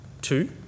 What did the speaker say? Two